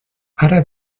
ara